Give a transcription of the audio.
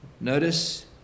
notice